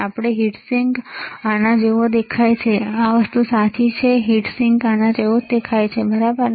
આપણે heat sink આના જેવો દેખાય છે આ વસ્તુ સાચી હીટ સિંક આના જેવો દેખાય છે બરાબર ને